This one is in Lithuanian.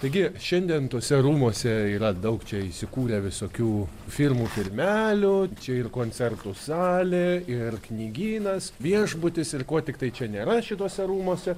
taigi šiandien tuose rūmuose yra daug čia įsikūrę visokių firmų firmelių čia ir koncertų salė ir knygynas viešbutis ir ko tiktai čia nėra šituose rūmuose